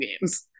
games